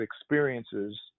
experiences